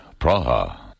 Praha